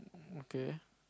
okay